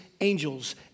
angels